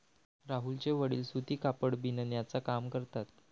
राहुलचे वडील सूती कापड बिनण्याचा काम करतात